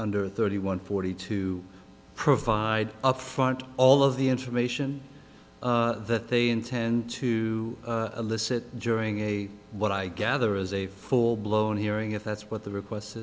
nder thirty one forty two provide up front all of the information that they intend to elicit during a what i gather is a full blown hearing if that's what the request